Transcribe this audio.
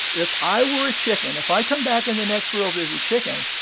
if i were a chicken if i come back in the next world as a chicken,